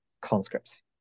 conscripts